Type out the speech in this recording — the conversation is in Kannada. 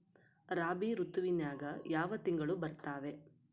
ರಾಬಿ ಋತುವಿನ್ಯಾಗ ಯಾವ ತಿಂಗಳು ಬರ್ತಾವೆ?